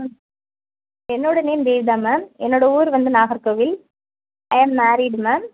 ம் என்னோட name Devitha ma'am என்னோட ஊர் வந்து Nagercoil I am married ma'am